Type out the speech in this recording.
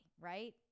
right